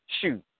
Shoot